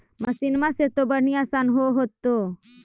मसिनमा से तो बढ़िया आसन हो होतो?